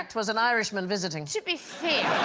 was an irishman visiting should be fair i